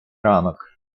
ранок